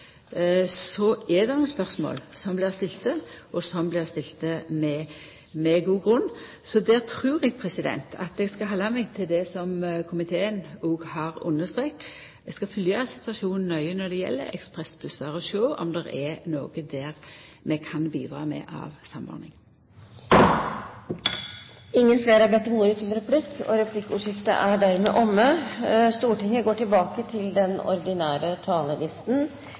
det gjeld desse rutene, er nokre spørsmål som blir stilte, og som blir stilte med god grunn. Eg trur eg skal halda meg til det som komiteen òg har understreka der. Eg skal følgja situasjonen nøye når det gjeld ekspressbussar, og sjå om vi kan bidra med noko samordning der. Replikkordskiftet er omme. De talere som heretter får ordet, har en taletid på inntil 3 minutter. Jeg måtte ta ordet etter replikkordskiftet